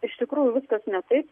iš tikrųjų viskas ne taip